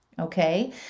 Okay